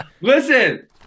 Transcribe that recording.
Listen